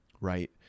right